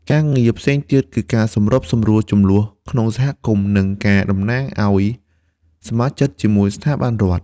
ការងារផ្សេងទៀតគឺការសម្របសម្រួលជម្លោះក្នុងសហគមន៍ និងការតំណាងឲ្យសមាជិកជាមួយស្ថាប័នរដ្ឋ។